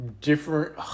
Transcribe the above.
different